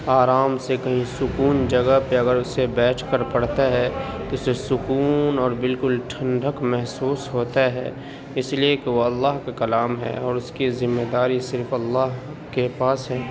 آرام سے کہیں سکون جگہ پہ اگر اسے بیٹھ کر پڑھتا ہے تو اسے سکون اور بالکل ٹھنڈک محسوس ہوتا ہے اس لیے کہ وہ اللہ کا کلام ہے اور اس کی زمہ داری صرف اللہ کے پاس ہے